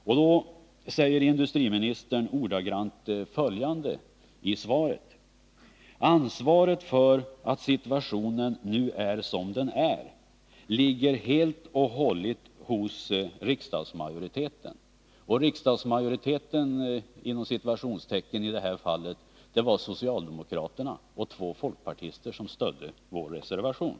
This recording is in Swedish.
I debatten sade industriministern ordagrant: ”Ansvaret för att situationen nu är som den är ligger helt och hållet hos riksdagsmajoriteten.” — Och riksdagsmajoriteten i det här fallet var socialdemokraterna och två folkpartister, som stödde vår reservation.